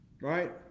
right